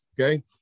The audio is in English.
Okay